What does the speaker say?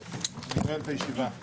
אני נועל את הישיבה .